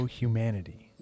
humanity